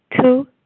Two